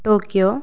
Tokyo